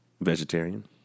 Vegetarian